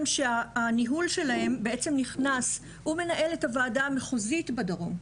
הניהול שלהם מנהל את הוועדה המחוזית בדרום,